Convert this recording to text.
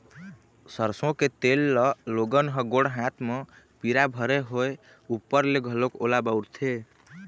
सरसो के तेल ल लोगन ह गोड़ हाथ म पीरा भरे होय ऊपर ले घलोक ओला बउरथे